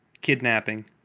Kidnapping